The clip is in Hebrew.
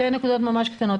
שתי נקודות ממש קטנות.